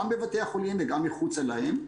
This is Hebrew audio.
גם בבתי החולים וגם מחוצה להם,